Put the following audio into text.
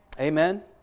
Amen